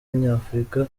nyafurika